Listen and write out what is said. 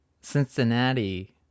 Cincinnati